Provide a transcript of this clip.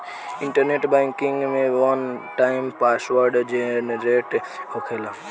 internet banking में one time password generate होखेला